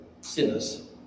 sinners